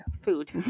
Food